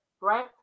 right